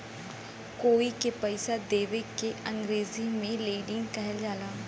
कोई के पइसा देवे के अंग्रेजी में लेंडिग कहल जाला